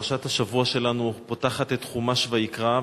פרשת השבוע שלנו פותחת את חומש ויקרא,